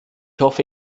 hoffe